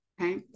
Okay